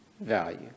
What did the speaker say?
value